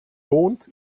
lohnt